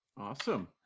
Awesome